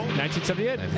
1978